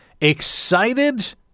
excited